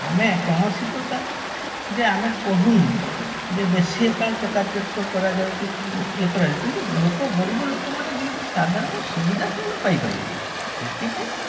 ଆମେ କୌଣସି ପ୍ରକାର ଯେ ଆମେ କହୁନୁ ଯେ ବେଶୀ ଏକାଳେ ଚକାଚକ୍ କରାଯାଉ କି ଇଏ କରାଯାଉ କିନ୍ତୁ ଲୋକ ଗରିବ ଲୋକମାନେ ଯେମିତି ସାଧାରଣ ସୁବିଧା ସେମାନେ ପାଇପାରିବେ ସେଥିପାଇଁ